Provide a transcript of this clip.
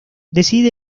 decide